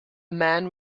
man